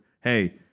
hey